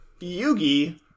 Yugi